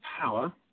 power